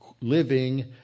living